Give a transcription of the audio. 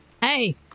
Hey